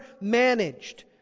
managed